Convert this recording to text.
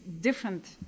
different